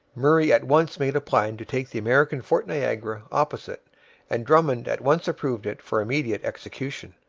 murray at once made a plan to take the american fort niagara opposite and drummond at once approved it for immediate execution.